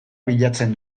bilatzen